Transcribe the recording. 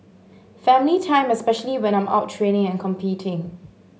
family time especially when I'm out training and competing